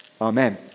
amen